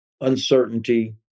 uncertainty